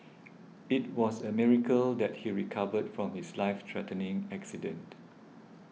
it was a miracle that he recovered from his life threatening accident